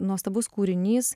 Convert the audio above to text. nuostabus kūrinys